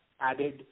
added